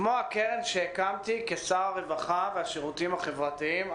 כמו הקרן שהקמתי כשר הרווחה והשירותים החברתיים.